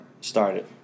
started